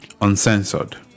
uncensored